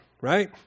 right